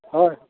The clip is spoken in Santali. ᱦᱳᱭ